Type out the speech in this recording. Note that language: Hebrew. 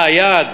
מה היעד,